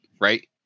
right